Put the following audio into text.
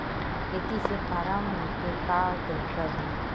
खेती से फारम के का तरीका हे?